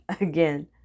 Again